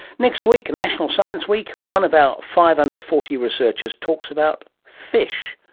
next week, national science week, one of our five under forty researchers talks about fish.